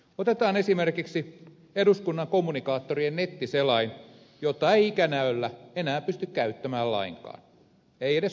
otetaan esimerkiksi eduskunnan kommunikaattorien nettiselain jota ei ikänäöllä enää pysty käyttämään lainkaan ei edes suurimmalla fontilla